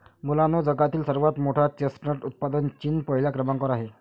मुलांनो जगातील सर्वात मोठ्या चेस्टनट उत्पादनात चीन पहिल्या क्रमांकावर आहे